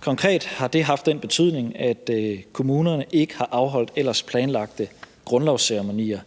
konkret haft den betydning, at kommunerne ikke har afholdt ellers planlagte grundlovsceremonier.